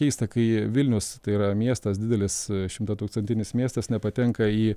keista kai vilnius tai yra miestas didelis šimtatūkstantinis miestas nepatenka į